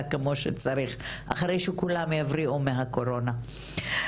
כמו שצריך אחרי שכולם יבריאו מהקורונה.